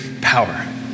power